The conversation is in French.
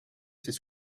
ses